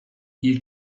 you